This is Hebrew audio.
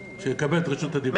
כשאקבל את רשות הדיבור, אני אתייחס.